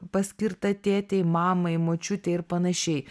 paskirtą tėtei mamai močiutei ir panašiai